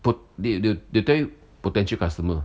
po~ they they will tell you potential customer